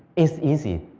it's easy,